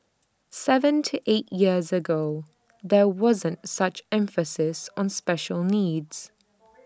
Seven to eight years ago there wasn't such emphasis on special needs